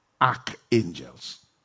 archangels